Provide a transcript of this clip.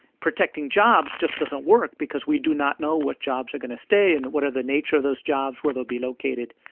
protecting jobs just doesn't work because we do not know what jobs are going to stay and what are the nature of those jobs, where they'll be located.